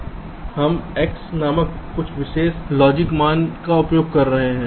हम x नामक कुछ विशेष तर्क मान का उपयोग कर रहे हैं